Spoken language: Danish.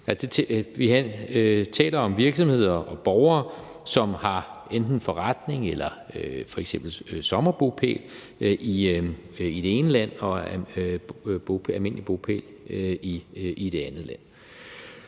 Vi taler om virksomheder og borgere, som har enten forretning eller f.eks. sommerbopæl i det ene land og almindelig bopæl i det andet land.